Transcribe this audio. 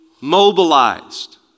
mobilized